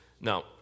Now